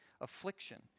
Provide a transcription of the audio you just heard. affliction